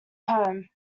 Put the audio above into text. home